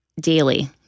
daily